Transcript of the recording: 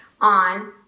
on